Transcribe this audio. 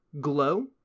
Glow